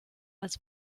als